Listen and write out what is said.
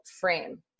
frame